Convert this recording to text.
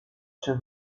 czy